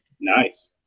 Nice